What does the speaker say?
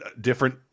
different